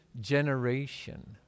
generation